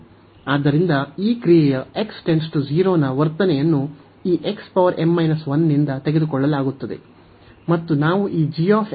ಆದ್ದರಿಂದ ಈ ಕ್ರಿಯೆಯ x → 0 ನ ವರ್ತನೆಯನ್ನು ಈ ನಿಂದ ತೆಗೆದುಕೊಳ್ಳಲಾಗುತ್ತದೆ